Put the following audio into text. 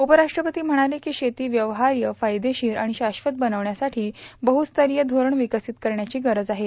उपराष्ट्रपती म्हणाले की शेती व्यवहार्य फायदेशीर आणि शाश्वत बनविण्यासाठी बहुस्तरीय धोरण विकसित करण्याची गरज आहे